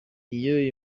iyo